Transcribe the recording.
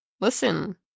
Listen